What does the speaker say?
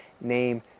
name